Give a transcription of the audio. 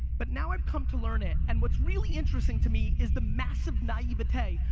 but now i've come to learn it, and what's really interesting to me, is the massive naivete.